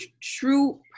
true